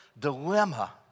dilemma